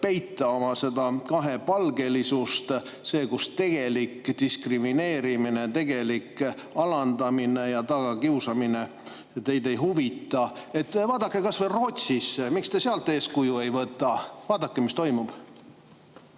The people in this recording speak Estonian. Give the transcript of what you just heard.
peita oma kahepalgelisust. See, kus on tegelik diskrimineerimine, tegelik alandamine ja tagakiusamine, teid ei huvita. Vaadake kasvõi Rootsit. Miks te sealt eeskuju ei võta? Vaadake, mis toimub.